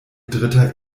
dritter